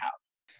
house